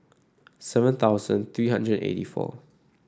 seven thousand three hundred and eighty four